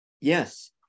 yes